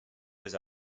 his